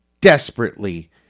desperately